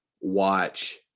watch